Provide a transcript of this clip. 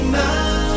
now